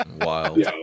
Wild